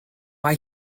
mae